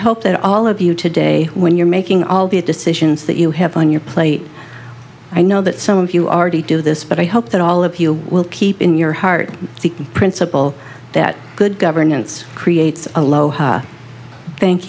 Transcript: hope that all of you today when you're making all these decisions that you have on your plate i know that some of you are to do this but i hope that all appeal will keep in your heart the principle that good governance creates aloha thank